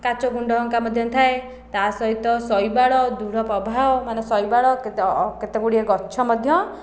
କାଚ ଗୁଣ୍ଡହଙ୍କା ମଧ୍ୟ ଥାଏ ତା ସହିତ ଶୈବାଳ ଦୃଢ଼ ପ୍ରଭାହ ମାନେ ଶୈବାଳ କେତେ କେତେ ଗୁଡ଼ିଏ ଗଛ ମଧ୍ୟ